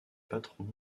patrons